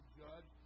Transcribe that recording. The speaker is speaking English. judge